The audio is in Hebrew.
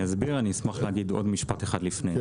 אני אסביר ואני אשמח להגיד עוד משפט אחד לפני.